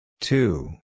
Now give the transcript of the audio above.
Two